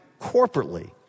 corporately